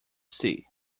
sea